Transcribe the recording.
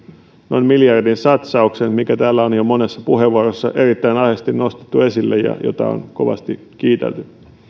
noin miljardin satsauksen mikä täällä on jo monessa puheenvuorossa erittäin aiheellisesti nostettu esille ja mitä on kovasti kiitelty